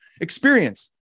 experience